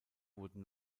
wurden